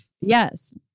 Yes